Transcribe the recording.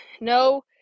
No